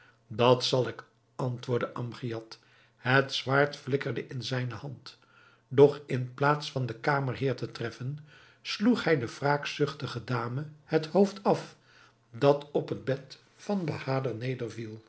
dat zal ik antwoordde amgiad het zwaard flikkerde in zijne hand doch in plaats van den kamerheer te treffen sloeg hij de wraakzuchtige dame het hoofd af dat op het bed van bahader